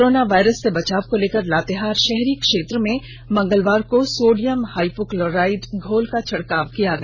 corona virus से बचाव को लेकर लातेहार शहरी क्षेत्र में मंगलवार को सोडियम हाइपो क्लोराइड घोल का छिड़काव किया गया